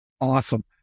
awesome